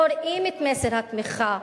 קוראים את מסר התמיכה,